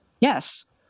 yes